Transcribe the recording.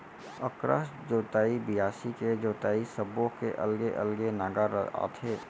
अकरस जोतई, बियासी के जोतई सब्बो के अलगे अलगे नांगर आथे